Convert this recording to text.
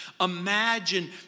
Imagine